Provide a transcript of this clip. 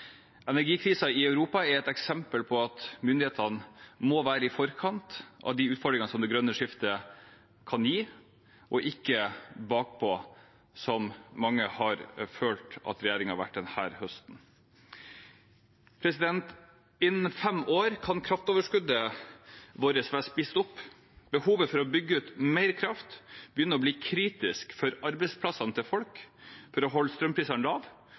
Energikrisen i Europa er et eksempel på at myndighetene må være i forkant av de utfordringene som det grønne skiftet kan gi, og ikke bakpå, som mange har følt at regjeringen har vært denne høsten. Innen fem år kan kraftoverskuddet vårt være spist opp. Behovet for å bygge ut mer kraft begynner å bli kritisk – for arbeidsplassene til folk, for å